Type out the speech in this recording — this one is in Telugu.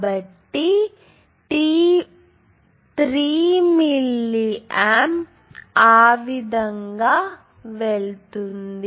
కాబట్టి 3 మిల్లియాంప్ ఆ విధంగా వెళుతుంది